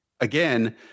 Again